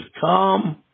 come